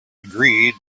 agreed